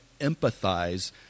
empathize